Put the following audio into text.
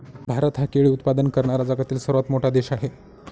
भारत हा केळी उत्पादन करणारा जगातील सर्वात मोठा देश आहे